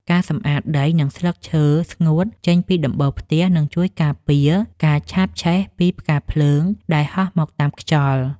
ការសម្អាតដី និងស្លឹកឈើស្ងួតចេញពីដំបូលផ្ទះនឹងជួយការពារការឆាបឆេះពីផ្កាភ្លើងដែលហោះមកតាមខ្យល់។